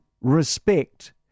respect